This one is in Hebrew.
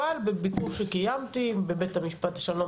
אבל בביקור שקיימתי בבית המשפט השלום